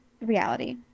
reality